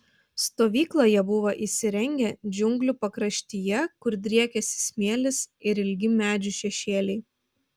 stovyklą jie buvo įsirengę džiunglių pakraštyje kur driekėsi smėlis ir ilgi medžių šešėliai